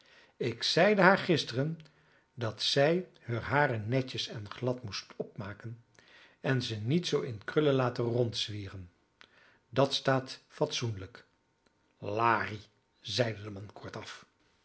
ik zeide haar gisteren dat zij heur haren netjes en glad moest opmaken en ze niet zoo in krullen laten rondzwieren dat staat fatsoenlijk larie zeide de man kortaf